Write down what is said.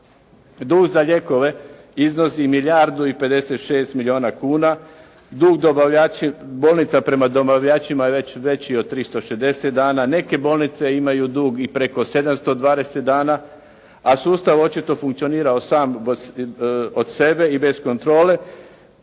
Dug za lijekove iznosi milijardu i 56 milijuna kuna. Dug bolnica prema dobavljačima je već veći od 360 dana, neke bolnice imaju dug i preko 720 dana, a sustav očito funkcionira sam od sebe i bez kontrole,